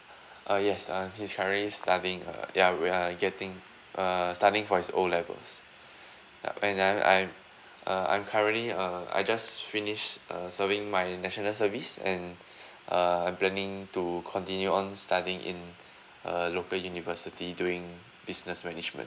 uh yes um he's currently studying uh ya we are getting uh studying for his O levels yup and then I'm uh I'm currently uh I just finished uh serving my national service and uh I'm planning to continue on studying in a local university doing business management